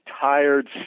tired